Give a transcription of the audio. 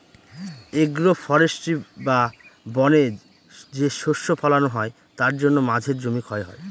agro forestry বা বনে যে শস্য ফলানো হয় তার জন্য মাঝের জমি ক্ষয় হয়